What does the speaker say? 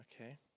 okay